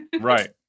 Right